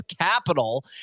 Capital